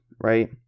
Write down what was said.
right